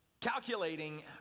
Calculating